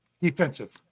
Defensive